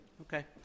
Okay